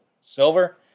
Silver